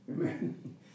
Amen